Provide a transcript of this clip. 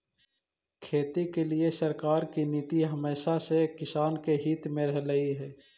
खेती के लिए सरकार की नीति हमेशा से किसान के हित में रहलई हे